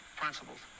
principles